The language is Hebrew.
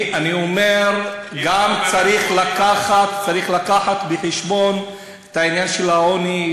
אני אומר: גם צריך לקחת בחשבון את העניין של העוני,